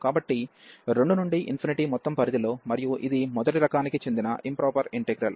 కాబట్టి 2 నుండి మొత్తం పరిధిలో మరియు ఇది మొదటి రకానికి చెందిన ఇంప్రాపర్ ఇంటిగ్రల్